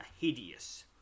hideous